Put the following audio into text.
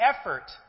effort